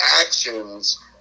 actions